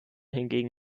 hingegen